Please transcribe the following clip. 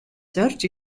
зорьж